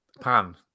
pan